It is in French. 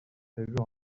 séjour